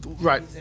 right